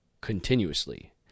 continuously